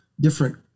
different